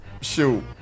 Shoot